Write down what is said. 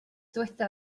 dyweda